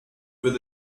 with